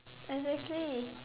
exactly